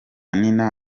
nina